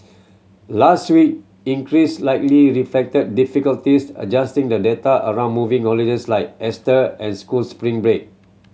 last week increase likely reflected difficulties adjusting the data around moving holidays like Easter and school spring break